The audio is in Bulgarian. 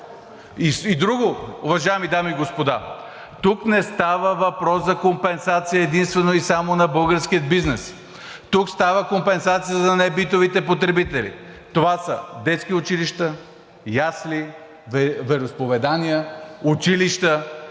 И друго, уважаеми дами и господа! Тук не става въпрос за компенсация единствено и само на българския бизнес. Тук става въпрос за компенсация на небитовите потребители. Това са детски градини, ясли, вероизповедания, училища.